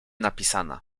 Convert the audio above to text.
napisana